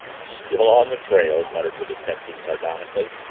still on the trail! muttered the detective sardonically.